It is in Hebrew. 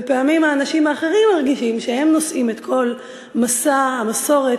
ופעמים האנשים האחרים מרגישים שהם נושאים את כל משא המסורת